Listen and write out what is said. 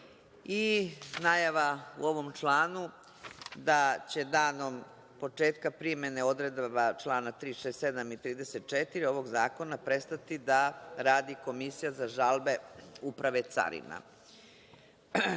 i najava u ovom članu da će danom početka primene odredaba člana 367. i 34. ovog zakona prestati da radi Komisija za žalbe Uprave carina. Iz